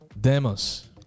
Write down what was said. demos